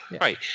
Right